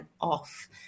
off